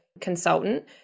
consultant